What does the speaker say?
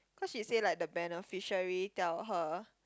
cause she say like the beneficiary tell her